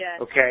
Okay